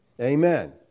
Amen